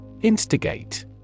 Instigate